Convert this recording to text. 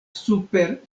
super